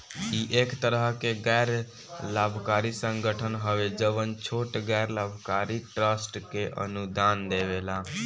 इ एक तरह के गैर लाभकारी संगठन हवे जवन छोट गैर लाभकारी ट्रस्ट के अनुदान देवेला